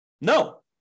No